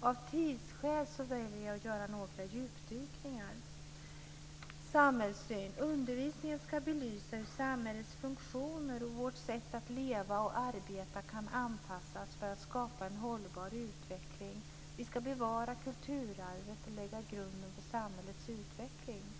Av tidsskäl väljer jag att bara göra några djupdykningar. Först till detta med samhällssyn. Undervisningen ska belysa hur samhällets funktioner och vårt sätt att leva och arbeta kan anpassas för att skapa en hållbar utveckling. Vi ska bevara kulturarvet och lägga grunden för samhällets utveckling.